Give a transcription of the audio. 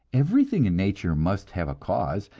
everything in nature must have a cause,